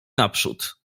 naprzód